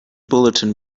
bulletin